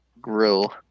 grill